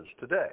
today